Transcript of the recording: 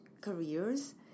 careers